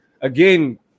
again